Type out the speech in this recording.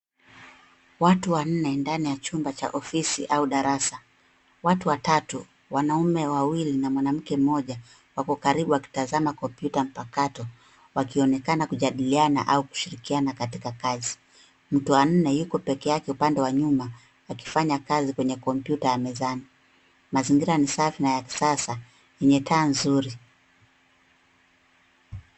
Watu wanne ndani chumba cha ofisi au darasa. Watu watatu wanaume wawili na mwanamke mmoja wako karibu wakitazam kompyuta mpakato wakionekana kujadiliana au kushirikiana katika kazi. Mtu wa nne yuko pekeake upande wa nyuma akifanya kazi kwenye kompyuta ya mezani. Mazingira ni safi na ya kisasa yenye taa nzuri.